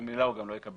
ממילא הוא גם לא יקבל